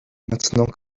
maintenant